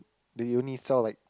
they only sell like